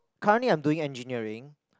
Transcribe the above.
currently I'm doing engineering